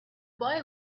boy